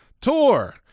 tour